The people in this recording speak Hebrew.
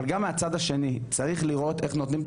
אבל גם מהצד השני צריך לראות איך נותנים את